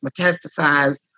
metastasized